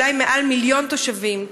אולי מעל מיליון תושבים.